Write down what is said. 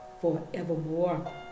forevermore